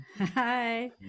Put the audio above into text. hi